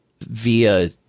via